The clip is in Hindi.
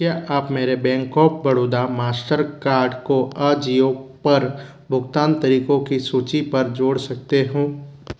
क्या आप मेरे बैंक ऑफ़ बड़ौदा मास्टरकार्ड को आजिओ पर भुगतान तरीकों की सूची पर जोड़ सकते हो